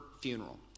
funeral